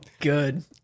good